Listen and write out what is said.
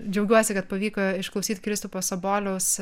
džiaugiuosi kad pavyko išklausyt kristupo saboliaus